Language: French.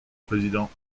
président